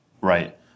Right